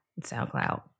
SoundCloud